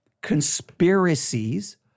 Conspiracies